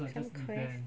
some quest